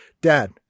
dad